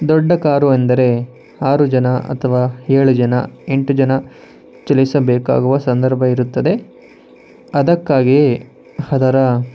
ದೊಡ್ಡ ಕಾರು ಎಂದರೆ ಆರು ಜನ ಅಥವಾ ಏಳು ಜನ ಎಂಟು ಜನ ಚಲಿಸಬೇಕಾಗುವ ಸಂದರ್ಭ ಇರುತ್ತದೆ ಅದಕ್ಕಾಗೇ ಅದರ